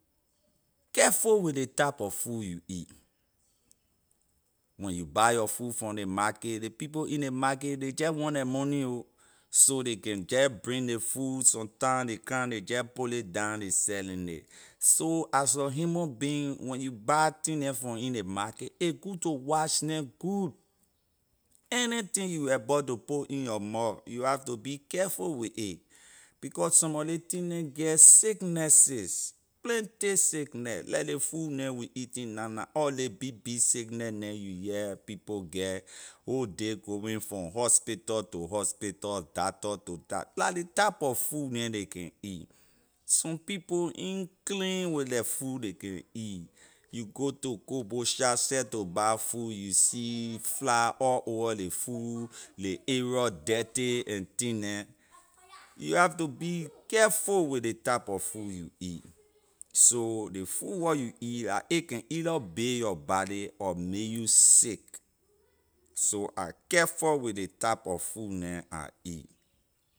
Careful with ley type of food you eat when you buy your food from ley market ley people in ley market ley jeh want their money ho so ley can jeh bring ley food sometime ley come ley jeh put it down ley selling it so as a human being when you buy thing neh from in ley market a good to wash neh good anything you about to put in your mouth your have to be careful with a because some mor ley thing neh get sicknesses plenty sickness leh ley food neh we eating na na all ley big big sickness neh you hear people get whole day going from hospital to hospital dator to dator la ley type of food neh ley can eat some people ain’t clean with their food ley can eat you go to cook bowl shop to buy food you see fly all over ley food ley area dirty and thing neh you have to be careful with ley type of food you eat so ley for where you eat la a can either build your body or make you sick so I careful with ley type of food neh I eat.